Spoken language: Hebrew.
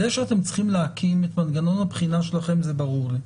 זה שאתם צריכים להקים את מנגנון הבחינה שלכם זה ברור לי,